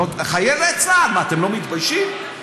חיילי צה"ל, מה, אתם לא מתביישים?